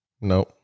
no